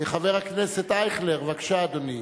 חבר הכנסת אייכלר, בבקשה, אדוני.